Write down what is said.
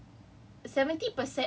ya no as in as in but